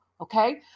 okay